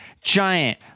Giant